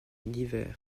divers